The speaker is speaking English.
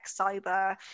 cyber